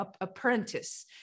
apprentice